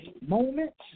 moments